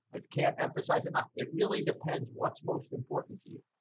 i can't emphasize enough. it really depends. what's most important to you